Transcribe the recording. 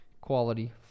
Quality